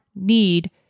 need